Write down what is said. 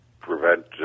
prevent